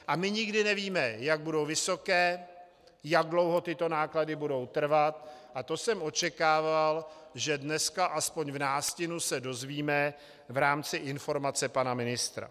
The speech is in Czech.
A my nikdy nevíme, jak budou vysoké, jak dlouho tyto náklady budou trvat, a to jsem očekával, že dneska aspoň v nástinu se dozvíme v rámci informace pana ministra.